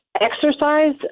exercise